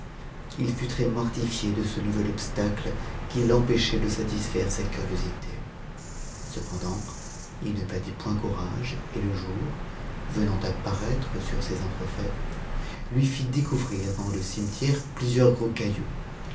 il fut très mortiué de ce nouvel obstacle qui l'empêchait de satisfaire sa curiosité cependant il ne perdit point courge et le jour venant à parattre sur ces entrefaites lui fit découvrir dans le cimetière plusieurs